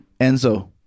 Enzo